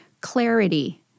Clarity